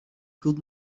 could